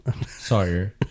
Sorry